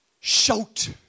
shout